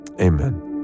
amen